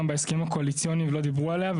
בהסכמים הקואליציוניים לא דיברו עליה.